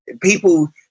people